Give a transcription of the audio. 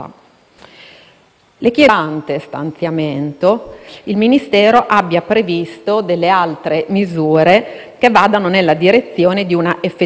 del piano per la messa in sicurezza e la formazione antincendio in tutti i siti italiani, per la salvaguardia dei visitatori, dei lavoratori e delle opere stesse.